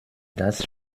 dass